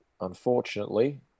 unfortunately